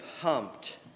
pumped